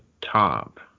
top